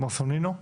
טוב, נעבור הלאה.